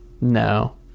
No